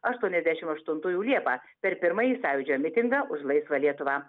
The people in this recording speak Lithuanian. aštuoniasdešim aštintųjų liepą per pirmąjį sąjūdžio mitingą už laisvą lietuvą